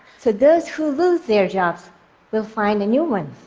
so those who lose their jobs will find a new one.